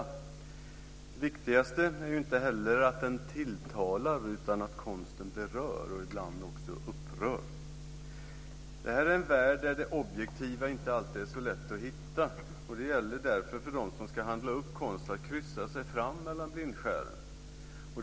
Det viktigaste är inte heller att konsten tilltalar utan att den berör och ibland också upprör. Det här är en värld där det objektiva inte alltid är så lätt att hitta, och det gäller därför för dem som ska handla upp konst att kryssa mellan blindskären.